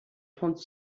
trente